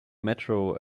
metro